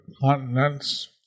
continents